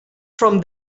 from